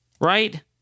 Right